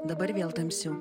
dabar vėl tamsiu